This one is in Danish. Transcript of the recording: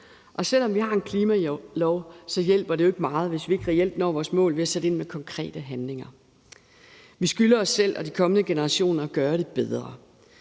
Selv om vi har en klimalov, hjælper det jo ikke meget, hvis vi ikke reelt når vores mål ved at sætte ind med konkrete handlinger. Vi skylder os selv og de kommende generationer at gøre det bedre.